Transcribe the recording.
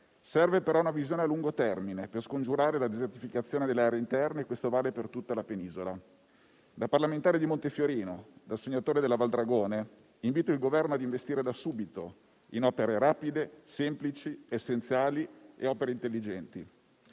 Serve però una visione a lungo termine, per scongiurare la desertificazione delle aree interne e questo vale per tutta la penisola. Da parlamentare di Montefiorino, da senatore della Val Dragone, invito il Governo ad investire sin da subito in opere rapide, semplici, essenziali e intelligenti.